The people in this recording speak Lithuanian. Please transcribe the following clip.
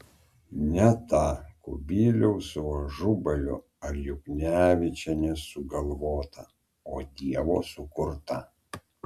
ne ta kubiliaus su ažubaliu ar juknevičiene sugalvota o dievo sukurta